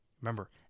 Remember